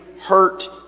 hurt